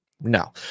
No